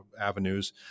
avenues